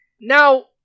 Now